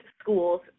schools